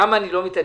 למה אני לא מתעניין?